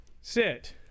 sit